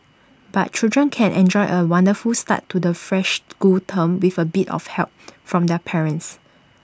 but children can enjoy A wonderful start to the fresh school term with A bit of help from their parents